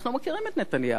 אנחנו מכירים את נתניהו,